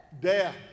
death